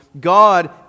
God